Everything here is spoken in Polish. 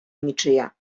niczyja